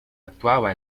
actuaba